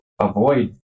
avoid